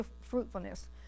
fruitfulness